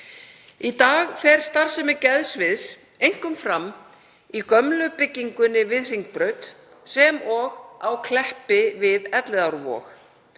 Í dag fer starfsemi geðsviðs einkum fram í gömlu byggingunni við Hringbraut og á Kleppi við Elliðaárvog.